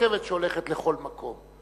זאת לא רכבת שהולכת לכל מקום,